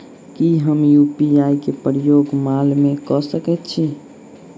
की हम यु.पी.आई केँ प्रयोग माल मै कऽ सकैत छी?